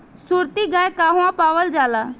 सुरती गाय कहवा पावल जाला?